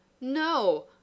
No